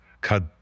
cut